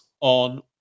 on